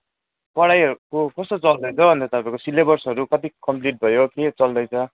पढाईहरूको कस्तो चल्दैछ हौ अन्त तपाईँको सिलेबसहरू कति कम्प्लिट भयो के चल्दैछ